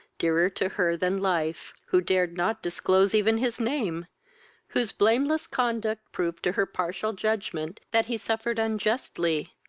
dearer to her than life who dared not disclose even his name whose blameless conduct proved to her partial judgement that he suffered unjustly,